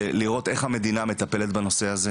אנחנו צריכים לראות איך המדינה מטפלת בנושא הזה.